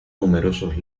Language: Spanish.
numerosos